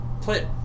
play